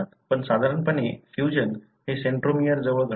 पण साधारणपणे फ्यूजन हे सेंट्रोमियर जवळ घडते